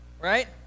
Right